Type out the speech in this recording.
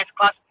class